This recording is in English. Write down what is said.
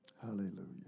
Hallelujah